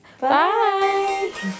Bye